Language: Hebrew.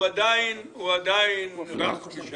הוא עדיין רך בשנים.